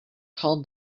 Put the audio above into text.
call